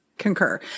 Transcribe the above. concur